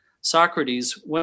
Socrates